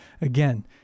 Again